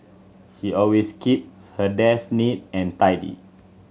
she always keeps her desk neat and tidy